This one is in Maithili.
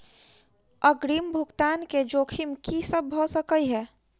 अग्रिम भुगतान केँ जोखिम की सब भऽ सकै हय?